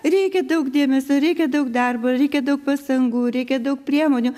reikia daug dėmesio reikia daug darbo reikia daug pastangų reikia daug priemonių